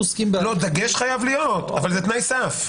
לא, דגש חייב להיות, אבל זה תנאי סף.